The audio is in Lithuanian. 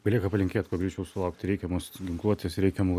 belieka palinkėti kuo greičiau sulaukti reikiamos ginkluotės reikiamų